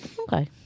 Okay